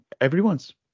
Everyone's